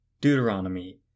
Deuteronomy